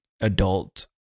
adult